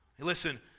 Listen